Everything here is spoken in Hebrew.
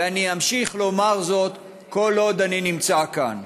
ואני אמשיך לומר זאת כל עוד אני נמצא כאן.